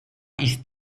ist